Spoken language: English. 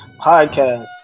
Podcast